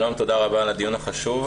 שלום, תודה רבה על הדיון החשוב.